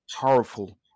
powerful